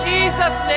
Jesus